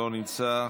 לא נמצא,